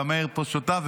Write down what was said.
גם מאיר פה שותף,